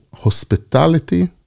hospitality